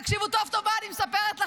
תקשיבו טוב טוב מה אני מספרת לכם.